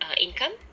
income